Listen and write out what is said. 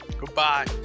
goodbye